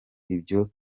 ibyo